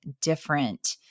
different